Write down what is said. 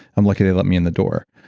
i'm lucky they let me in the door.